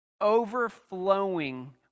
overflowing